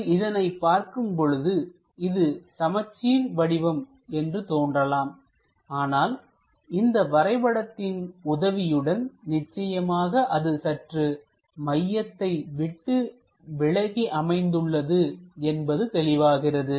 இங்கு இதனை பார்க்கும் பொழுது இது சமச்சீர் வடிவம் என்று தோன்றலாம் ஆனால் இந்த வரைபடத்தின் உதவியுடன் நிச்சயமாக அது சற்று மையத்தை விட்டு விலகி அமைந்துள்ளது என்பது தெளிவாகிறது